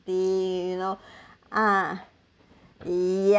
you know ah ya